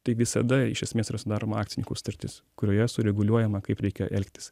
tai visada iš esmės yra sudaroma akcininkų sutartis kurioje sureguliuojama kaip reikia elgtis